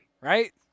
right